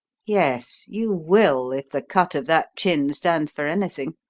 yes, you will if the cut of that chin stands for anything,